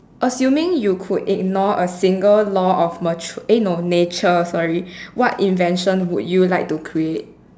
assuming you could ignore a single law of mature eh no nature sorry what invention would you like to create